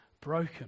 broken